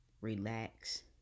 relax